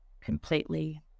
completely